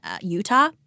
Utah